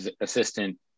assistant